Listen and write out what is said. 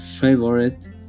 favorite